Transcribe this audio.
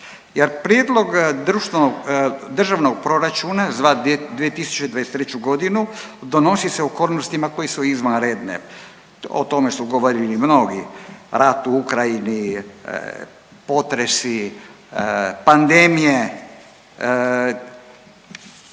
društvenog, Državnog proračuna za 2023. godinu donosi se u okolnostima koje su izvanredne, o tome su govorili mnogi, rat u Ukrajini, potresi, pandemije,